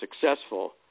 successful